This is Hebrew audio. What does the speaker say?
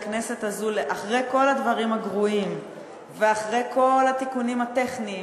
אחרי כל הדברים הגרועים ואחרי כל התיקונים הטכניים